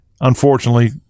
unfortunately